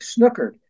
snookered